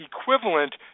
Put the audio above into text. equivalent